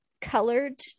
colored